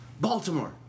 Baltimore